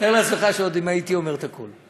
תאר לעצמך עוד אם הייתי אומר את הכול.